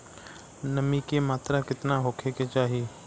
नमी के मात्रा केतना होखे के चाही?